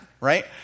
right